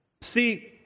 see